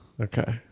Okay